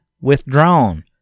withdrawn